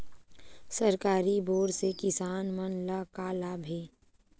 सरकारी बोर से किसान मन ला का लाभ हे?